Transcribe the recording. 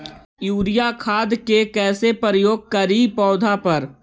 Urea खाद के कैसे प्रयोग करि पौधा पर?